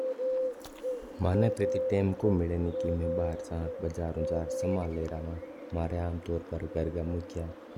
ना तू माण इततो टाईम मिला की मै बारह जावा जार स्मन्न लवा।